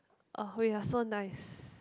uh we are so nice